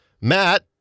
Matt